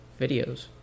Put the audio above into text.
Videos